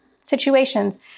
situations